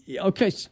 Okay